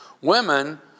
women